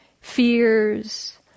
fears